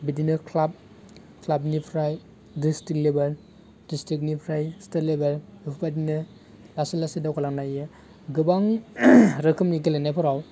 बिदिनो ख्लाब ख्लाबनिफ्राय द्रिस्टिक लेबेल द्रिस्टिकनिफ्राय स्टेट लेबेल बेफोरबायदिनो लासै लासै दावगा लांनो हायो गोबां रोखोमनि गेलेनायफोराव